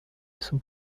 sont